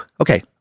Okay